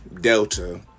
Delta